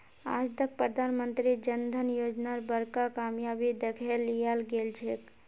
आज तक प्रधानमंत्री जन धन योजनार बड़का कामयाबी दखे लियाल गेलछेक